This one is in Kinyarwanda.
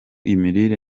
imirire